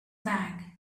bag